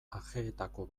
ajeetako